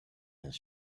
his